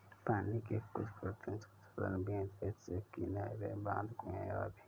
पानी के कुछ कृत्रिम संसाधन भी हैं जैसे कि नहरें, बांध, कुएं आदि